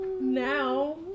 Now